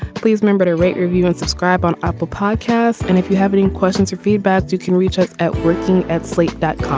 please remember to rate review and subscribe on apple podcast. and if you have any questions or feedback you can reach us at working at slate that um